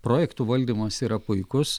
projektų valdymas yra puikus